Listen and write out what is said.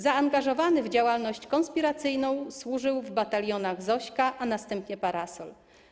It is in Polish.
Zaangażowany w działalność konspiracyjną służył w batalionie „Zośka”, a następnie „Parasol”